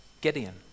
Gideon